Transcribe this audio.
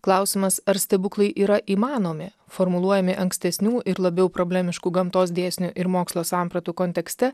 klausimas ar stebuklai yra įmanomi formuluojami ankstesnių ir labiau problemiškų gamtos dėsnių ir mokslo sampratų kontekste